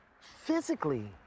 physically